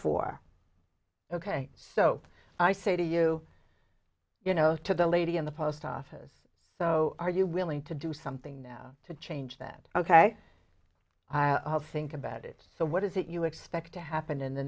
for ok so i say to you you know to the lady in the post office so are you willing to do something now to change that ok i think about it so what is it you expect to happen in the